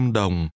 đồng